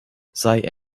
sei